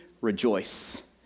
rejoice